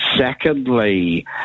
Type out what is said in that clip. Secondly